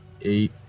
eight